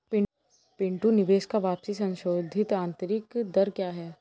पिंटू निवेश का वापसी संशोधित आंतरिक दर क्या है?